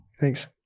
Thanks